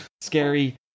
scary